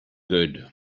good